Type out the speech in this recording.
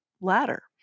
ladder